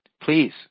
please